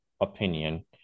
opinion